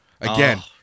Again